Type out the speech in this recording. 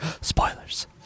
spoilers